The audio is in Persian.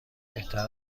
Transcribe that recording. بهتر